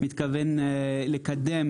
מתכוון לקדם